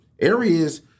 areas